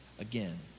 again